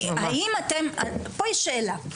פה יש שאלה,